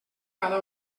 cada